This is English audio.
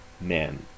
men